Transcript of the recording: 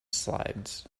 slides